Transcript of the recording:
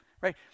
Right